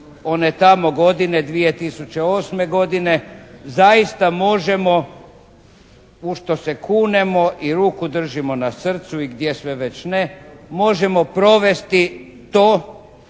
one tamo godine 2008. godine zaista, možemo u što se kunemo i ruku držimo na srcu i gdje sve već ne, možemo provesti to